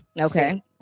okay